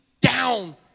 down